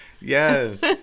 Yes